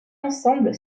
ensemble